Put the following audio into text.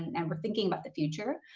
and we're thinking about the future,